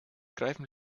greifen